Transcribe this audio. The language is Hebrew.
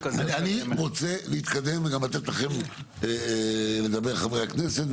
אני רוצה להתקדם וגם לתת לכם לדבר חברי הכנסת,